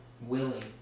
willing